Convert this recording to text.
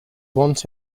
want